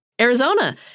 Arizona